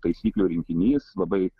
taisyklių rinkinys labai